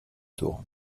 tour